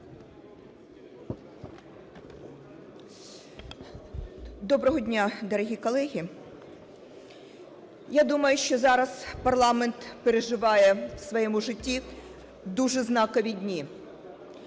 Доброго дня, дорогі колеги! Я думаю, що зараз парламент переживає в своєму житті дуже знакові дні,